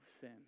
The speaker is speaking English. sin